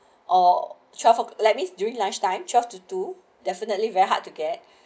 or twelve of let me during lunchtime twelve to two definitely very hard to get